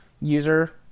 user